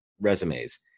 resumes